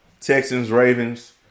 Texans-Ravens